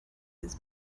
his